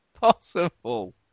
possible